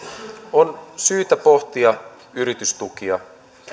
on syytä pohtia yritystukia